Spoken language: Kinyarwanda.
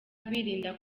birinda